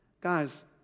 Guys